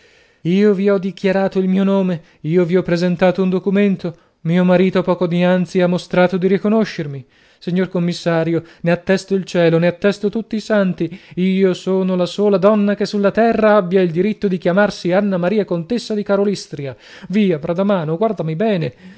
io vi ho dichiarato il mio nome io vi ho presentato un documento mio marito poco dianzi ha mostrato di riconoscermi signor commissario ne attesto il cielo ne attesto tutti i santi io sono la sola donna che sulla terra abbia il dritto di chiamarsi anna maria contessa di karolystria via bradamano guardami bene